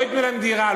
לא ייתנו להם דירה,